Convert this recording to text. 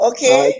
Okay